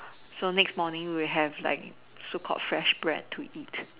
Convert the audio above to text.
so next morning we have so called fresh bread to eat